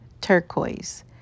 Turquoise